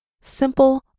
simple